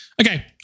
okay